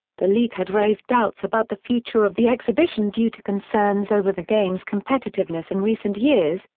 the league had raised doubts about the future of the exhibition due to concerns over the game's competitiveness in recent years,